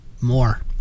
More